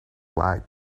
like